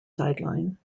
sideline